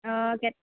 অঁ কে